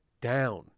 down